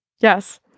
Yes